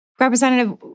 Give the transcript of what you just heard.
Representative